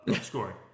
scoring